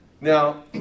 Now